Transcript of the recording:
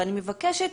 ואני מבקשת